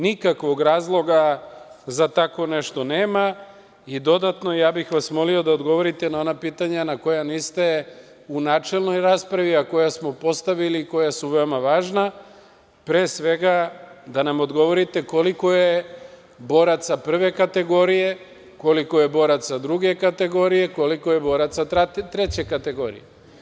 Nikakvog razloga za tako nešto nema i dodatno bih vas molio da odgovorite na ona pitanja na koja niste u načelnoj raspravi, a koja smo postavili i koja su veoma važna, pre svega da nam odgovorite koliko je boraca prve kategorije, koliko je boraca druge kategorije, koliko je boraca treće kategorije.